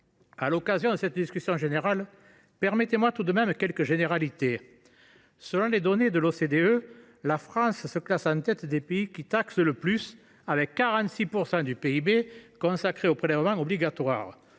À l’occasion de cette discussion générale, permettez moi de rappeler quelques généralités. Selon les données de l’OCDE, la France se classe en tête des pays qui taxent le plus, puisque les prélèvements obligatoires